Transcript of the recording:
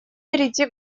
перейти